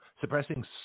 suppressing